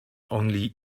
only